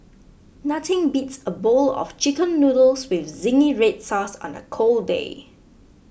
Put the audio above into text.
nothing beats a bowl of Chicken Noodles with Zingy Red Sauce on a cold day